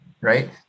Right